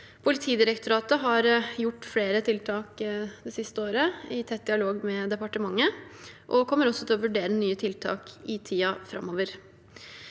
Politidirektoratet har gjort flere tiltak det siste året, i tett dialog med departementet, og kommer også til å vurdere nye tiltak i tiden framover.